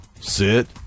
Sit